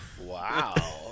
Wow